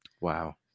Wow